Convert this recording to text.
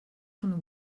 von